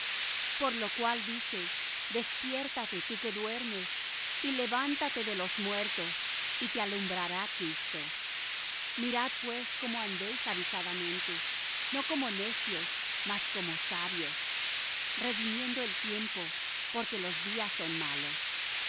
por lo cual dice despiértate tú que duermes y levántate de los muertos y te alumbrará cristo mirad pues cómo andéis avisadamente no como necios mas como sabios redimiendo el tiempo porque los días son malos por